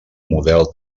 model